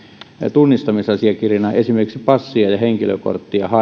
tunnistamisasiakirjana esimerkiksi passia ja henkilökorttia